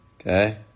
Okay